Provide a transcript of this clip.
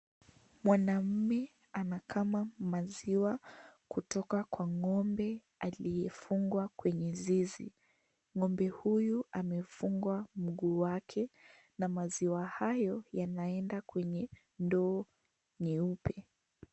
Mwanamume anakama maziwa kutoka kwa ngombe aliefungwa kwenye zizi. Ngombe huyu amefungwa mguu wake na maziwa hayo yanaenda kwenye ndoo nyeupe.